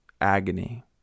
agony